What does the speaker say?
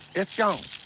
it's gone.